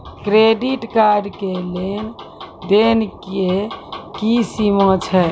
Credit card के लेन देन के की सीमा छै?